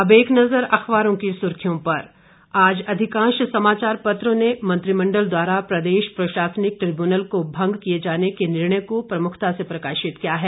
अब एक नजर अखबारों की सुर्खियों पर आज अधिकांश समाचार पत्रों ने मंत्रिमंडल द्वारा प्रदेश प्रशासनिक ट्रिब्यूनल को भंग किए जाने के निर्णय को प्रमुखता से प्रकाशित किया है